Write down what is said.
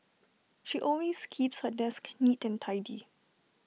she always keeps her desk neat and tidy